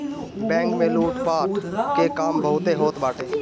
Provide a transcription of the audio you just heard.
bank में लूटपाट के काम बहुते होत बाटे